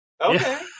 Okay